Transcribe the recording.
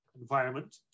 environment